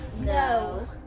No